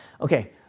Okay